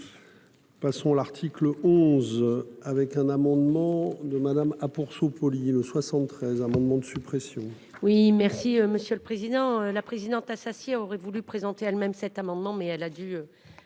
Passons. L'article 11 avec un amendement de Madame ah pour Olivier le 73 amendements de suppression.